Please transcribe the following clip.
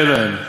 ואלו הם: